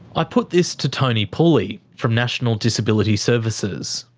i put this to tony pooley from national disability services.